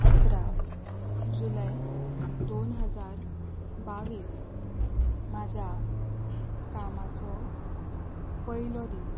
इकरा जुलय दोन हजार बावीस म्हज्या कामाचो पयलो दीस